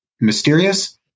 mysterious